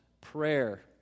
prayer